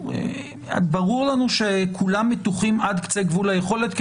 ברור לנו שכולם מתוחים עד קצה גבול היכולת,